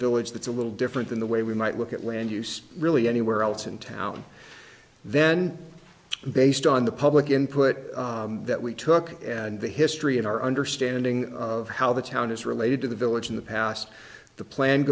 village that's a little different than the way we might look at land use really anywhere else in town then based on the public input that we took and the history in our understanding of how the town is related to the village in the past the plan